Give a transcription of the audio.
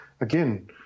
again